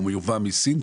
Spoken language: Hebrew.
הוא מיובא מסין,